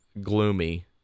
gloomy